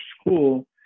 school